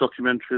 documentaries